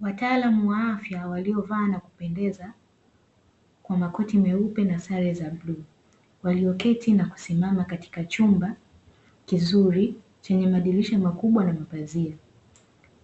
Wataalamu wa afya waliovaa na kupendeza kwa makoti meupe na sare za bluu, walioketi na kusimama katika chumba kizuri chenye madirisha makubwa na mapazia.